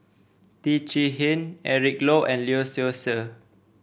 Teo Chee Hean Eric Low and Lee Seow Ser